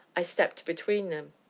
i stepped between them.